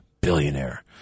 billionaire